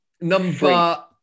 Number